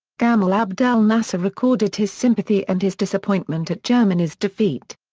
gamal abdel nasser recorded his sympathy and his disappointment at germany's defeat.